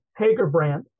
Hagerbrandt